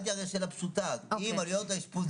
אם עלויות האשפוז,